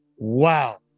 Wow